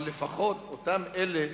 אבל לפחות אותם אלה